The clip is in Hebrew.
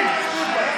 בעד מוסי רז,